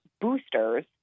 boosters